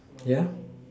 yeah